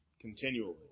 Continually